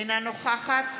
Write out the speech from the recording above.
אינה נוכחת